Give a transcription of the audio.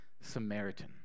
Samaritan